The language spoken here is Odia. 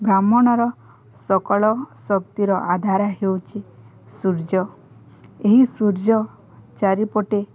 ବ୍ରହ୍ମାଣ୍ଡର ସକାଳ ଶକ୍ତିର ଆଧାର ହେଉଛି ସୂର୍ଯ୍ୟ ଏହି ସୂର୍ଯ୍ୟ ଚାରିପଟେ